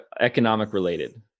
economic-related